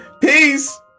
Peace